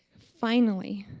finally,